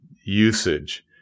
usage